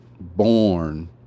born